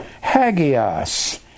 Hagios